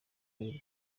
y’u